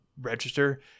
register